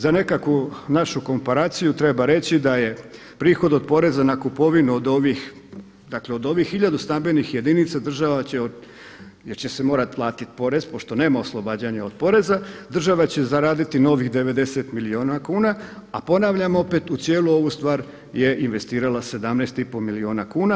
Za nekakvu našu komparaciju treba reći da je prihod od poreza na kupovinu od ovih tisuću stambenih jedinica država će jer će se morati platiti porez pošto nema oslobađanja od poreza, država će zaraditi novih 90 milijuna kuna, a ponavljam opet u cijelu ovu stvar je investirala 17,5 milijuna kuna.